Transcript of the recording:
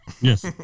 Yes